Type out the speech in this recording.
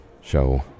show